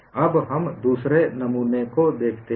अब हम दूसरे नमूने को देखते हैं